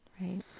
Right